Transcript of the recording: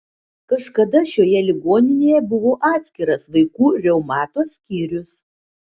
kažkada šioje ligoninėje buvo atskiras vaikų reumato skyrius